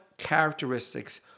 characteristics